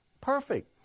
perfect